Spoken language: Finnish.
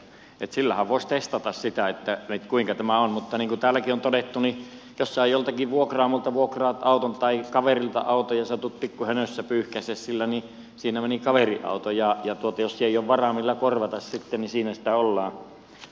sillähän voisi testata sitä kuinka tämä on mutta niin kuin täälläkin on todettu jos sinä joltakin vuokraamolta vuokraat auton tai kaverilta auton ja satut pikkuhönössä pyyhkäisemään sillä niin siinä meni kaverin auto ja jos ei ole varaa millä korvata niin siinä sitä ollaan puhtaan kaulan kanssa